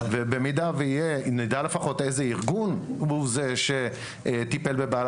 במידה ונדע לפחות איזה ארגון הוא זה שטיפל בבעל